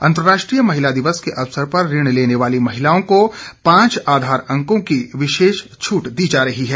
अंतर्राष्ट्रीय महिला दिवस के अवसर पर ऋण लेने वाली महिलाओं को पांच आधार अंकों की विशेष छूट दी जा रही है